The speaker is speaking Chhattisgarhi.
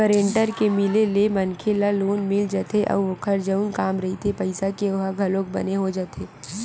गारेंटर के मिले ले मनखे ल लोन मिल जाथे अउ ओखर जउन काम रहिथे पइसा के ओहा घलोक बने हो जाथे